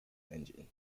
engine